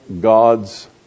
God's